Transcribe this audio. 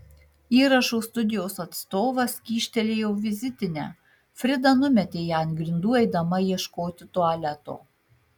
įrašų studijos atstovas kyštelėjo vizitinę frida numetė ją ant grindų eidama ieškoti tualeto